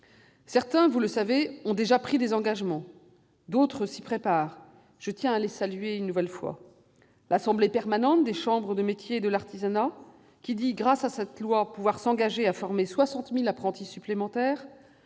Certains, vous le savez, ont déjà pris des engagements ; d'autres s'y préparent. Je tiens à les saluer une nouvelle fois. Ainsi, l'Assemblée permanente des chambres de métiers et de l'artisanat s'est engagée à former, grâce à cette loi, 60 000 apprentis supplémentaires.